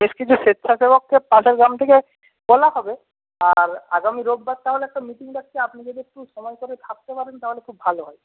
বেশ কিছু স্বেচ্ছাসেবককে পাশের গ্রাম থেকে বলা হবে আর আগামী রবিবার তাহলে একটা মিটিং ডাকছি আপনি যদি একটু সময় করে থাকতে পারেন তাহলে খুব ভালো হয়